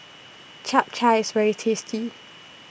Chap Chai IS very tasty